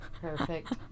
Perfect